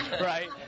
right